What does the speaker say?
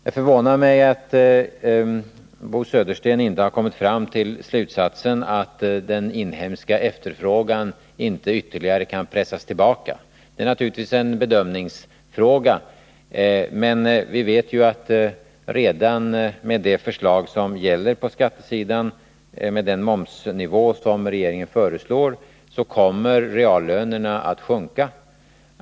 Jag förvånar mig över att Bo Södersten inte har kommit fram till slutsatsen att den inhemska efterfrågan inte ytterligare kan pressas tillbaka. Det är naturligtvis en bedömningsfråga, men vi vet ju att redan med det förslag som gäller på skattesidan, med den momsnivå som regeringen föreslår, kommer reallönerna att sjunka.